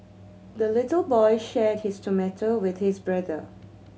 the little boy shared his tomato with his brother